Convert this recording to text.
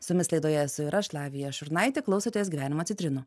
su jumis laidoje esu ir aš lavija šurnaitė klausotės gyvenimo citrinų